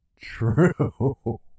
true